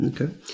okay